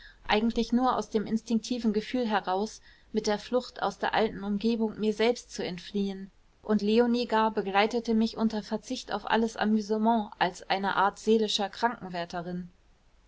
eigentlich nur aus dem instinktiven gefühl heraus mit der flucht aus der alten umgebung mir selbst zu entfliehen und leonie gar begleitete mich unter verzicht auf alles amüsement als eine art seelischer